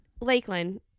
Lakeland